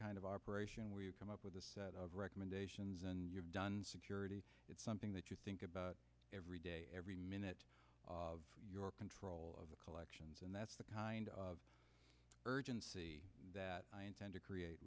kind of operation where you come up with recommendations and you've done security it's something that you think about every day every minute of your control of the collections and that's the kind of urgency that i intend to create